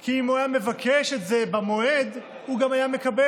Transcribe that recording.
כי אם הוא היה מבקש את זה במועד הוא גם היה מקבל.